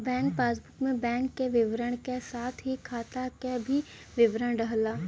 bank passbook में bank क विवरण क साथ ही खाता क भी विवरण रहला